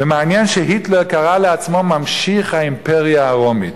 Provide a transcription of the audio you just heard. ומעניין שהיטלר קרא לעצמו ממשיך האימפריה הרומית.